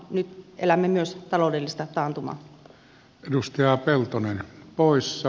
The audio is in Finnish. nyt elämme myös taloudellista taantumaa